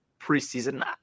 preseason